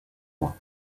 mois